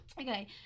okay